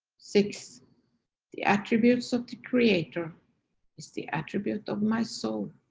six the attributes of the creator is the attribute of my soul.